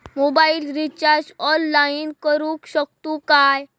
Mobile recharge online करुक शकतू काय?